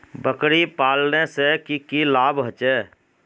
बकरी पालने से की की लाभ होचे?